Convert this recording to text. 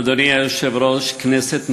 אדוני היושב-ראש, כנסת נכבדה,